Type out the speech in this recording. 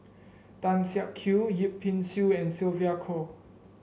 Tan Siak Kew Yip Pin Xiu and Sylvia Kho